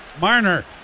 Marner